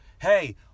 Hey